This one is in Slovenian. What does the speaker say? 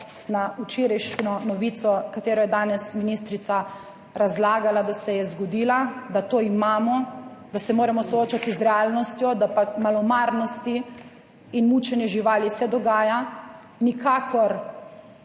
na včerajšnjo novico, katero je danes ministrica razlagala, da se je zgodila, da to imamo, da se moramo soočati z realnostjo, da pa malomarnosti in mučenje živali se dogaja. Nikakor